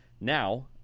Now